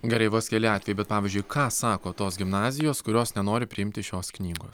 gerai vos keli atvejai bet pavyzdžiui ką sako tos gimnazijos kurios nenori priimti šios knygos